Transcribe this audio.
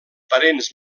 parents